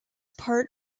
part